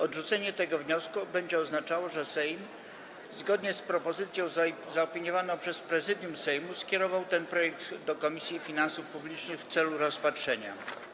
Odrzucenie tego wniosku będzie oznaczało, że Sejm, zgodnie z propozycją zaopiniowaną przez Prezydium Sejmu, skierował ten projekt do Komisji Finansów Publicznych w celu rozpatrzenia.